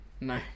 No